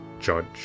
judge